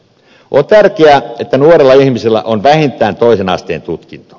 on tärkeää että nuorella ihmisellä on vähintään toisen asteen tutkinto